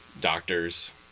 doctors